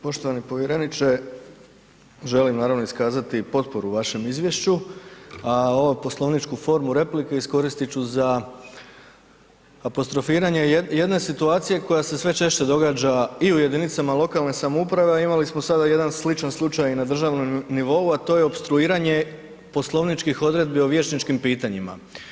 Poštovani povjereniče želim naravno iskazati potporu vašem izvješću, a ovu poslovničku formu replike iskoristit ću za apostrofiranje jedne situacije koja se sve češće događa i u jedinicama lokalne samouprave, a imali smo sada jedan sličan slučaj na državnom nivou, a to je opstruiranje poslovničkih odredbi o vijećničkim pitanjima.